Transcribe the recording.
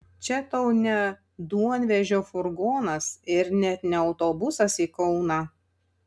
čia tau ne duonvežio furgonas ir net ne autobusas į kauną